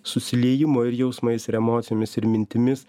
susiliejimo ir jausmais ir emocijomis ir mintimis